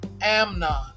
Amnon